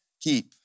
keep